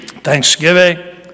Thanksgiving